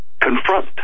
Confront